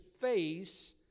face